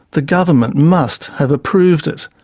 the government must have approved it.